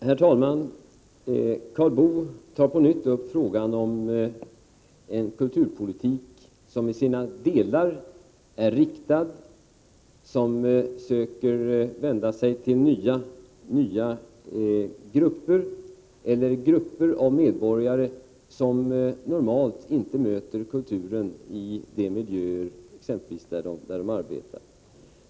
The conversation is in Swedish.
Herr talman! Karl Boo tar på nytt upp frågan om en kulturpolitik som i sina delar är riktad, som söker vända sig till nya grupper eller grupper av medborgare som normalt inte möter kulturen i de miljöer där de arbetar.